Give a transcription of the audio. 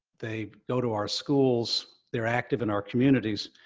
they go to our schools, they're active in our communities.